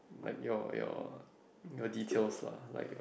like your your your details lah like your